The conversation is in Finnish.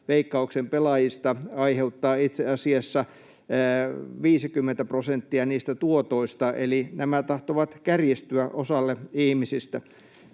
Veikkauksen pelaajista aiheuttaa itse asiassa 50 prosenttia niistä tuotoista, eli nämä tahtovat kärjistyä osalle ihmisistä.